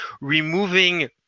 removing